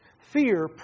Fear